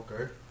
Okay